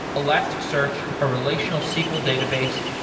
elastic search, a relational sql database,